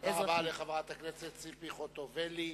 תודה רבה לחברת הכנסת ציפי חוטובלי.